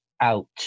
out